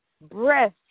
breath